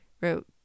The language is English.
wrote